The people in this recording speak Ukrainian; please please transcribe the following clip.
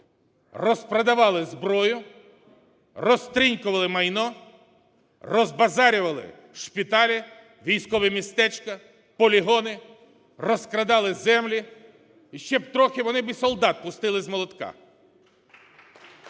розпродавали зброю, розтринькували майно, розбазарювали шпиталі, військові містечка, полігони, розкрадали землі; ще б трохи, вони б і солдат пустили з молотка.